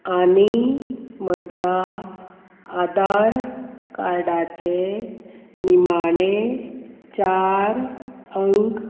आनी म्हज्या आदार कार्डाचे निमाणे चार अंक